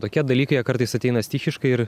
tokie dalykai jie kartais ateina stichiškai ir